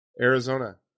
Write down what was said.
Arizona